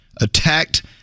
Attacked